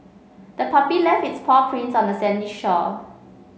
the puppy left its paw prints on the sandy shore